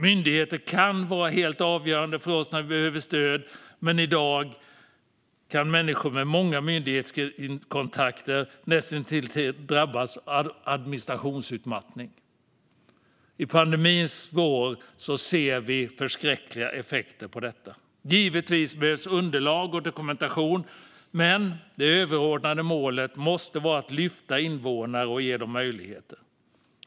Myndigheter kan vara helt avgörande för oss när vi behöver stöd, men i dag kan människor med många myndighetskontakter näst intill drabbas av administrationsutmattning. I pandemins spår ser vi förskräckliga effekter av detta. Givetvis behövs underlag och dokumentation, men det överordnade målet måste vara att lyfta invånare och ge dem möjligheter.